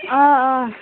آ آ